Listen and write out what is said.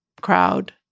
crowd